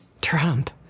trump